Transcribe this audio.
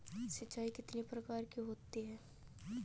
सिंचाई कितनी प्रकार की होती हैं?